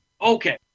Okay